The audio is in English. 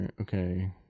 Okay